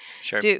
Sure